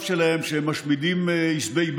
רק נביאים יכולים לדעת, או מעריכי מצב,